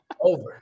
Over